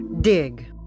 Dig